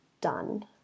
done